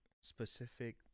specific